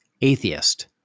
atheist